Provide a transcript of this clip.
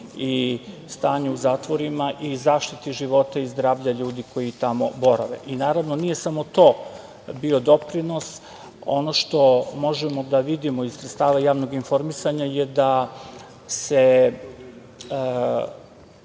i stanju u zatvorima i zaštiti života i zdravlja ljudi koji tamo borave. Naravno, nije samo to bio doprinos, ono što možemo da vidimo iz sredstava javnog informisanja, je da se